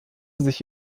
sich